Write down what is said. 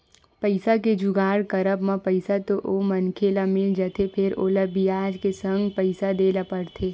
पइसा के जुगाड़ करब म पइसा तो ओ मनखे ल मिल जाथे फेर ओला बियाज के संग पइसा देय ल परथे